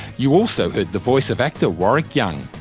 you also heard the voice of actor warwick young.